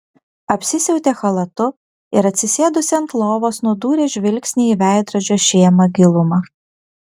apsisiautė chalatu ir atsisėdusi ant lovos nudūrė žvilgsnį į veidrodžio šėmą gilumą